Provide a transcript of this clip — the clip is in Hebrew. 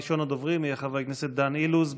ראשון הדוברים יהיה חבר הכנסת דן אילוז.